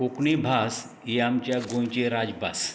कोंकणी भास ही आमच्या गोंयची राजभास